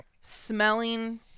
smelling